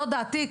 זו דעתי.